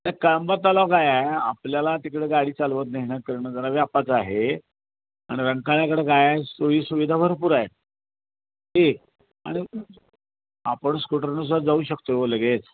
नाही कळंबा तलाव काय आहे आपल्याला तिकडं गाडी चालवत नेणं फिरणं जरा व्यापाचं आहे आणि रंकाळ्याकडं काय सोयीसुविधा भरपूर आहे ठीक आणि आपण स्कूटरनुसार जाऊ शकतो हो लगेच